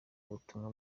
ubutumwa